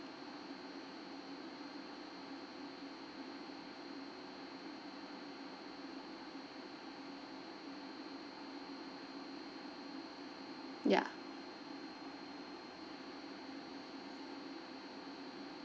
ya